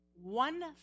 one